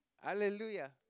Hallelujah